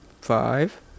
Five